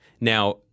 Now